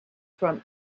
from